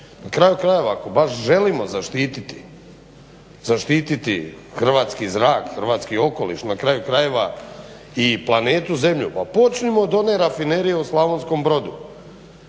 Na kraju krajeva, ako baš želimo zaštititi hrvatski zrak, hrvatski okoliš, na kraju krajeva i planetu Zemlju pa počnimo od one rafinerije u Slavonskom Brodu.